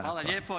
Hvala lijepo.